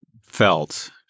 felt